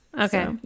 Okay